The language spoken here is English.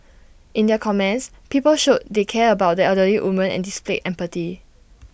in their comments people showed they cared about the elderly woman and displayed empathy